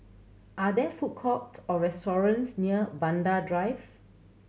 are there food courts or restaurants near Vanda Drive